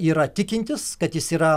yra tikintis kad jis yra